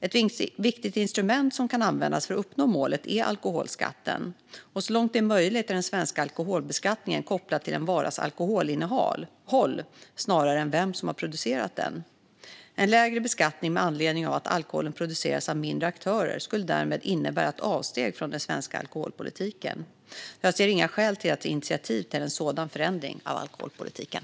Ett viktigt instrument som kan användas för att uppnå målet är alkoholskatten. Så långt det är möjligt är den svenska alkoholbeskattningen kopplad till en varas alkoholinnehåll, snarare än vem som har producerat den. En lägre beskattning med anledning av att alkoholen produceras av mindre aktörer skulle därmed innebära ett avsteg från den svenska alkoholpolitiken. Jag ser inga skäl att ta initiativ till en sådan förändring av alkoholpolitiken.